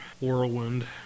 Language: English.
whirlwind